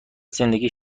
زندگی